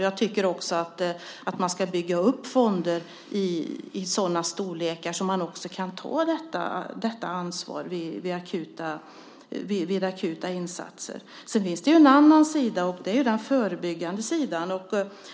Jag tycker också att man ska bygga upp fonder av sådan storlek att man också kan ta detta ansvar vid akuta insatser. Det finns också en annan sida, den förebyggande sidan.